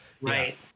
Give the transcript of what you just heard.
Right